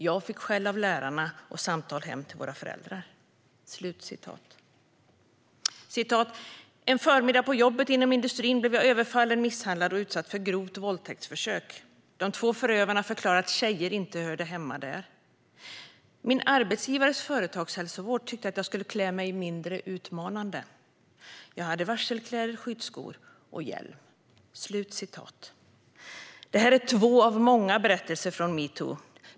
Jag fick skäll av lärarna och lärarna ringde hem till våra föräldrar och berättade vad vi gjort." "En förmiddag på jobbet inom industrin blev jag överfallen, misshandlad och utsatt för ett grovt våldtäktsförsök. De två förövarna förklarade att tjejer inte hörde hemma där. Min arbetsgivares företagshälsovård tyckte att jag skulle klä mig mindre utmanande. Jag hade varselkläder, skyddsskor och hjälm." Det här är två av många berättelser från metoo.